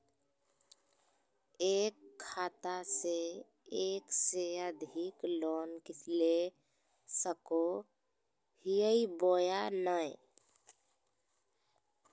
एक खाता से एक से अधिक लोन ले सको हियय बोया नय?